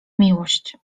miłość